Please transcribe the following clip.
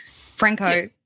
Franco